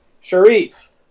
Sharif